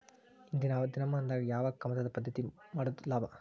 ಇಂದಿನ ದಿನಮಾನದಾಗ ಯಾವ ಕಮತದ ಪದ್ಧತಿ ಮಾಡುದ ಲಾಭ?